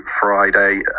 Friday